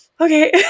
Okay